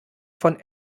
von